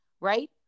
right